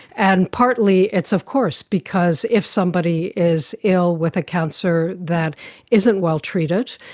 and partly it's of course because if somebody is ill with a cancer that isn't well treated,